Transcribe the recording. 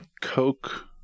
coke